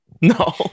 No